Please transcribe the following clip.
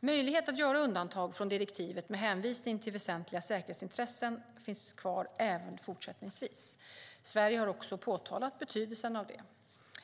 Möjlighet att göra undantag från direktivet med hänvisning till väsentliga säkerhetsintressen finns kvar även fortsättningsvis. Sverige har också framhållit betydelsen av det.